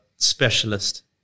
Specialist